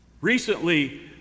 recently